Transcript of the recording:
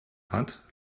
hat